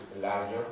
Larger